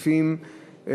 סעיפים,